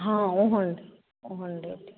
हँ ओहन ओहन लेत